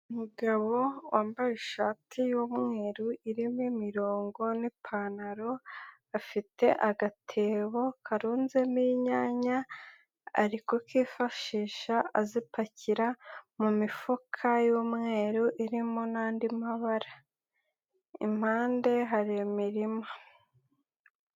Umugabo wambaye ishati y'umweru irimo imirongo n'ipantaro, afite agatebo karunzemo inyanya, ari kukifashisha azipakira mu mifuka y'umweru irimo n'andi mabara. Impande hari imirima.